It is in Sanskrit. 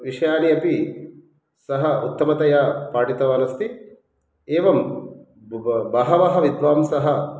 विषयान् अपि सः उत्तमतया पाठितवानस्ति एवं ब् बहवः विद्वांसः